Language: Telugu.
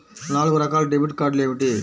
నాలుగు రకాల డెబిట్ కార్డులు ఏమిటి?